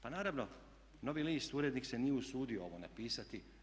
Pa naravno Novi list, urednik se nije usudio ovo napisati.